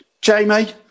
Jamie